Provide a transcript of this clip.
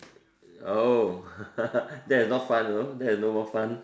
oh that is not fun you know that is no more fun